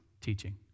teaching